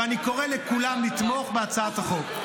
ואני קורא לכולם לתמוך בהצעת החוק.